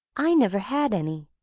i never had any,